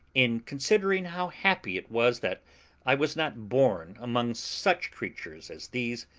in considering how happy it was that i was not born among such creatures as these,